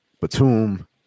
Batum